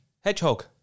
Hedgehog